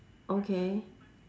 okay